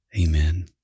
Amen